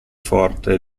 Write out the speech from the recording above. forte